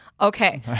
Okay